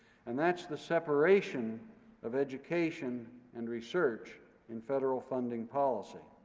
and that's the separation of education and research in federal funding policy.